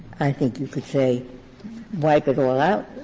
i think you could say wipe it all out,